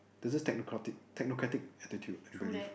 there is this technocratic technocratic attitude I believe